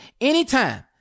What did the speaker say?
anytime